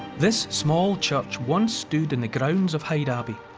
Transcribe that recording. this small church once stood in the grounds of hyde abbey.